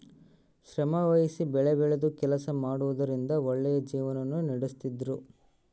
ಶ್ರಮವಹಿಸಿ ಬೆಳೆಬೆಳೆದು ಕೆಲಸ ಮಾಡುವುದರಿಂದ ಒಳ್ಳೆಯ ಜೀವನವನ್ನ ನಡಿಸ್ತಿದ್ರು